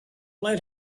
lead